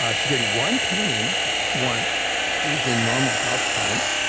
ah she did one painting once using normal house paint,